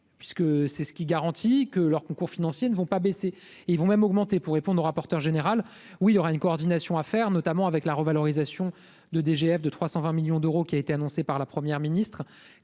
puisque c'est ce qui garantit que leurs concours financiers ne vont pas baisser, ils vont même augmenter pour répondre au rapporteur général où il y aura une coordination à faire, notamment avec la revalorisation de DGF de 320 millions d'euros, qui a été annoncé par la première ministre